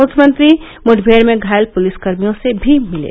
मुख्यमंत्री मुठमेड़ में घायल पुलिसकर्मियों से भी मिले